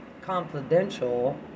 confidential